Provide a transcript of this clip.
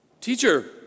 teacher